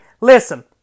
listen